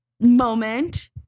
moment